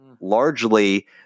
largely